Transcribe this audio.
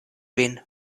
vin